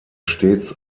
stets